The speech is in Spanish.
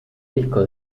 disco